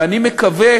ואני מקווה